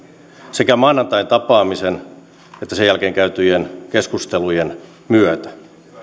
sekä maanantain tapaamisen ja sen jälkeen käytyjen keskustelujen myötä